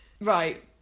Right